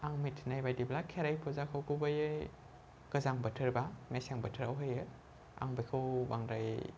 आं मिथिनाय बायदिब्ला खेराइ फुजाखौ गुबैयै गोजां बोथोर बा मेसें बोथोराव होयो आं बेखौ बांद्राय